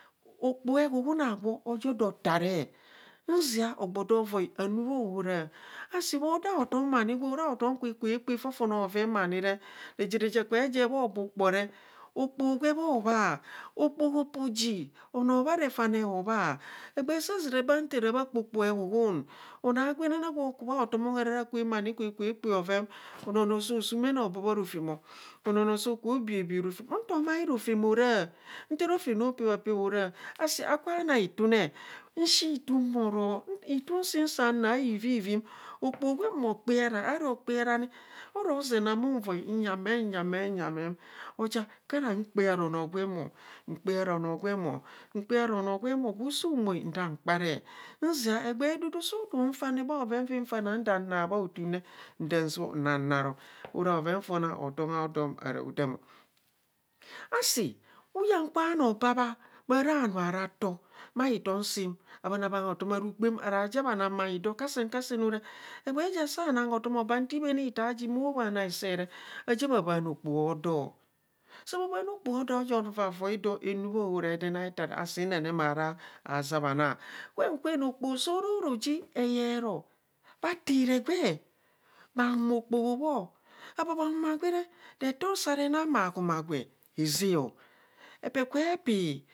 Okpoho ehuhun agwo ajo doo taa re nzia ogbo doo voi emuu bha ahora ase bho doo atom ma ni kwe kpaa fofone bhoven ma ni re reje reje ekubho ejer bho bukpo re okpoho gwe bho hoo bhaa okpoho pooji, onoo bha refane hoo bhs, egbee saa zii re baa nta raa bha kpaa okpoho ehuhum onoo agwen nana gwo ku bha otom oharara kwem kwe bho ekpaa bhoven onoo noo soo suum mene hobo kha rofem o, onoo noo soo ku bho obiạbiạạ rofem oto mai rofe ora nta rofem ropee a pee hora asi ekubhe naa itune nshii ituun mbhoror lituu siim san naa ivivii mi okpohu gwe mo kpiara ara akpiara ni, oro zee na mu voi nyi amem nyi amem nyi amem aja nkara kpaara anoo gwem mkpaara onoo gwem o, mkpaara onoo gwemo gwusu moe ndaa kparee nzia egbee edudu suu duu fane bha oven faam fa na da naa bha tuum ne hoodem o. Asi huyeng kwa bhanoo baa kbaraa bhanro ara tor bhaitom siim ebhana bhan hotan arukpaam ara ja bha nang bhanyi doo kasen kasen ara egbee ja saa nang hotom obaa bhaana okpoho odoo saa bhanaa okpoho odoo, doo voivoi doo anuu bhaohora ede naa ntare asi nan ne bha ra hazaa ma naa, kwem kwem okpoho soro ro ji eyemo bha tiire gwe bha huma okpoho bho, apan vaa gwe re nto see renang bhahuma gwe hazao epe vee kubhe pii